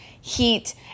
heat